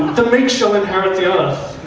the meek shall inherit the earth.